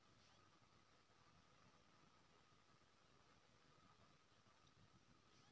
भारत मे राजस्थान, गुजरात, हरियाणा आ उत्तर प्रदेश मे सबसँ बेसी बोरा उपजाएल जाइ छै